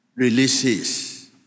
Releases